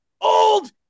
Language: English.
old